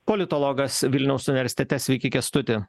politologas vilniaus universitete sveiki kęstuti